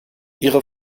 ihre